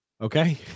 Okay